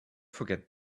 forget